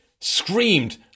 screamed